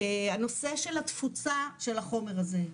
הנושא של התפוצה של החומר הזה,